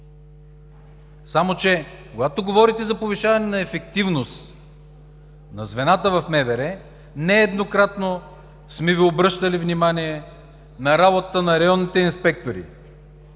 Само че, когато говорите за повишаване на ефективност на звената в МВР, нееднократно сме Ви обръщали внимание за работата на районните инспектори.